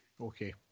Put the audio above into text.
Okay